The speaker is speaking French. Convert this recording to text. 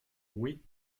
oui